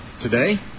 today